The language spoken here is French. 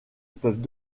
peuvent